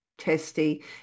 testy